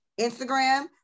Instagram